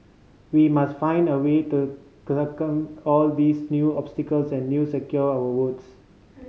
we must find a way to all these new obstacles and new secure our votes